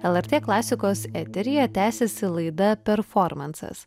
lrt klasikos eteryje tęsiasi laida performansas